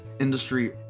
industry